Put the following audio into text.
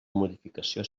modificació